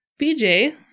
BJ